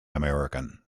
american